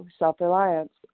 self-reliance